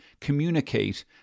communicate